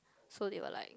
so they were like